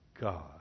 God